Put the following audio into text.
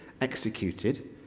executed